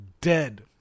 dead